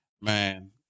Man